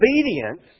Obedience